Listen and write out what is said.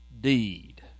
deed